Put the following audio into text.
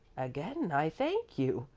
again i thank you,